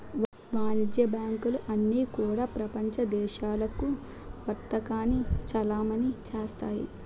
వాణిజ్య బ్యాంకులు అన్నీ కూడా ప్రపంచ దేశాలకు వర్తకాన్ని చలామణి చేస్తాయి